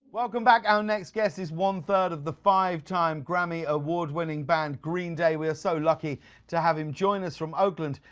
welcome back. our next guest is one third of the five-time grammy award winning band green day. we're so lucky to have him join us from oakland,